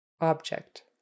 object